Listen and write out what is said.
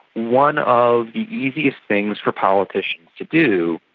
one of the easiest things for politicians to do,